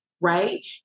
right